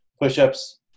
push-ups